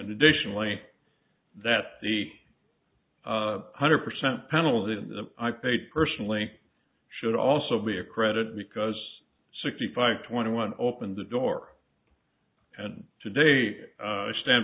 additionally that the hundred percent penalty the i paid personally should also be a credit because sixty five twenty one opened the door and today i stand